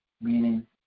meaning